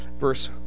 Verse